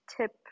tip